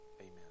Amen